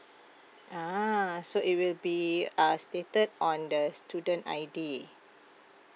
a'ah so it will be uh stated on the student I_D